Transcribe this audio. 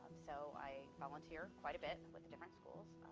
so i volunteer quite a bit with the different schools.